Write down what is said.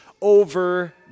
over